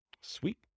Sweet